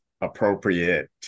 appropriate